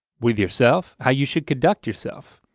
with yourself, how you should conduct yourself.